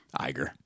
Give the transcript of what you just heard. Iger